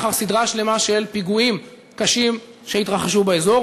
לאחר סדרה שלמה של פיגועים קשים שהתרחשו באזור.